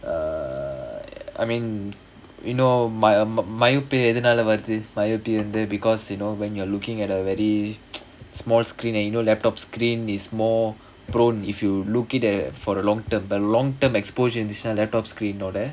uh I mean you know my uh my~ myopia எதுனால வருது:edhunaala varuthu myopia வந்து:vandhu because you know when you're looking at a very small screen and you know laptop screen is more prone if you look at the for the long term long term exposure laptop screen ஓட:oda